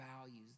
values